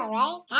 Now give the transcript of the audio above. right